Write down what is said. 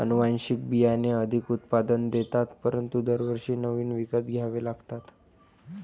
अनुवांशिक बियाणे अधिक उत्पादन देतात परंतु दरवर्षी नवीन विकत घ्यावे लागतात